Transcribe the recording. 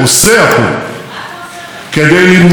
אבל אם נידרש לפעול מול אויבינו,